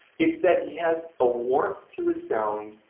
it's that he has a warmth to his sound,